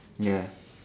ya